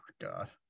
God